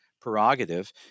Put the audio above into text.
prerogative